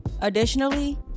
Additionally